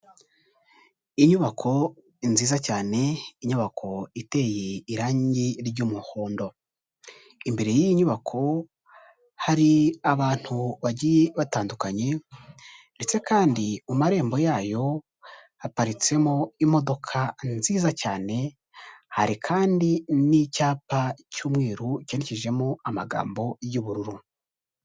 Inyubako nziza cyane, inyubako iteye irangi ry'umuhondo. Imbere y'iyi nyubako hari abantu bagiye batandukanye, ndetse kandi mu marembo yayo haparitsemo imodoka nziza cyane, hari kandi n'icyapa cy'umweru cyandikishijemo amagambo y'ubururu.